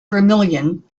vermillion